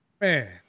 Man